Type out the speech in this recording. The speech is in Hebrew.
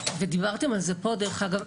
ודיברתם על זה פה דרך אגב,